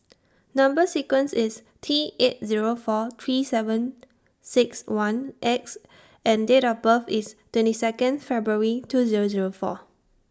Number sequence IS T eight Zero four three seven six one X and Date of birth IS twenty Second February two Zero Zero four